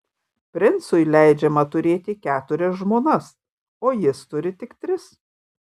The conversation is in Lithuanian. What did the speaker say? princui leidžiama turėti keturias žmonas o jis turi tik tris